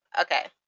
Okay